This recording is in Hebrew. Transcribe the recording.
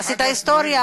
עשית היסטוריה.